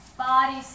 Body